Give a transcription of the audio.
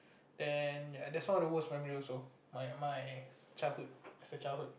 then ya that's one of the worst memory also my my childhood as a childhood